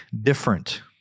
different